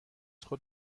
خود